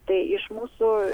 tai iš mūsų